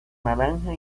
naranja